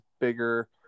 bigger